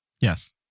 Yes